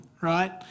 right